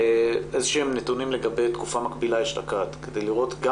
איזה שהם נתונים לגבי תקופה מקבילה אשתקד כדי לראות גם